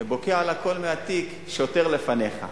ובוקע לה קול מהתיק: שוטר לפניך.